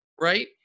Right